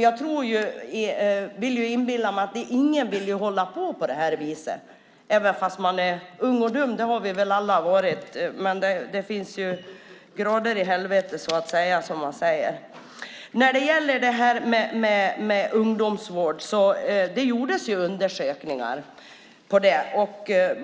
Jag inbillar mig att ingen vill hålla på på det viset. Ung och dum har vi väl alla varit. Men det finns så att säga grader i helvetet. När det gäller ungdomsvård gjordes det undersökningar på det.